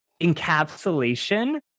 encapsulation